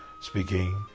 Speaking